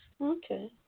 Okay